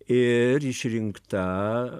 ir išrinkta